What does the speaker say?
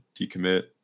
decommit